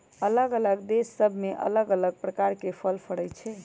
अल्लग अल्लग देश सभ में अल्लग अल्लग प्रकार के फल फरइ छइ